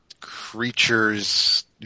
creatures